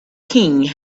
king